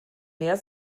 mehr